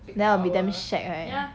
then I'll be damn shag right